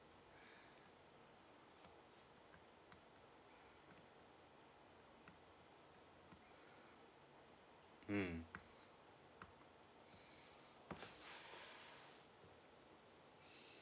mm